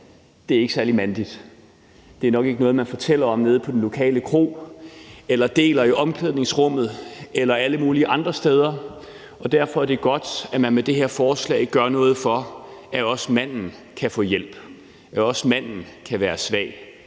Det er ikke særlig mandigt. Det er nok ikke noget, man fortæller om nede på den lokale kro eller deler i omklædningsrummet eller alle mulige andre steder, og derfor er det godt, at man med det her forslag gør noget for, at også manden kan få hjælp. For også manden kan være svag,